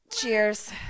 Cheers